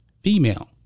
female